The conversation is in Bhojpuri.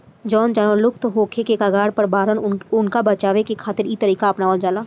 जवन जानवर लुप्त होखे के कगार पर बाड़न उनका के बचावे खातिर इ तरीका अपनावल जाता